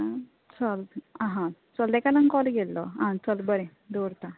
आं चल आसा चल ताका लागून कोल केल्लो आं चल बरें दवरतां